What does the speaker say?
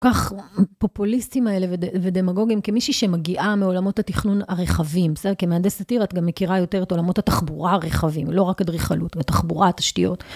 כל כך פופוליסטים האלה ודמגוגים, כמישהי שמגיעה מעולמות התכנון הרחבים, בסדר? כמהנדסת עיר את גם מכירה יותר את עולמות התחבורה הרחבים, לא רק אדריכלות, ותחבורה, תשתיות.